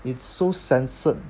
it's so censored